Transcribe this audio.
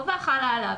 החובה חלה על המחזיק,